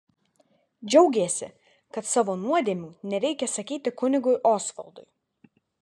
džiaugėsi kad savo nuodėmių nereikia sakyti kunigui osvaldui